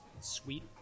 sweet